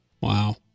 Wow